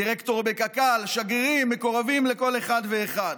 דירקטור בקק"ל, שגרירים, מקורבים לכל אחד ואחד.